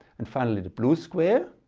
and finally the blue square.